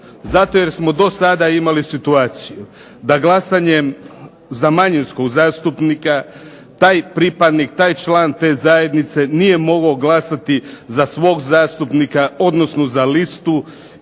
Zato jer smo do sada imali situaciju da glasanjem za manjinskog zastupnika taj pripadnik, taj član te zajednice nije mogao glasati za svog zastupnika, odnosno za listu